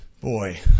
Boy